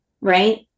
right